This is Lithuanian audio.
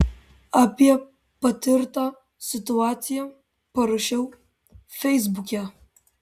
apie patirtą situaciją parašiau feisbuke